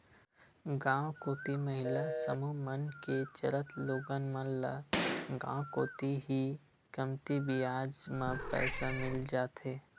गांव कोती महिला समूह मन के चलत लोगन मन ल गांव कोती ही कमती बियाज म पइसा मिल जाथे